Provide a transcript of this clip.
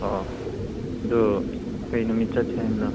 ꯑꯣ ꯑꯗꯨ ꯀꯔꯤ ꯅꯨꯃꯤꯠ ꯆꯠꯁꯦ ꯍꯥꯏꯕꯅꯣ